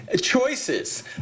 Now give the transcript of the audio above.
choices